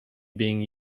being